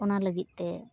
ᱚᱱᱟ ᱞᱟᱹᱜᱤᱫᱛᱮ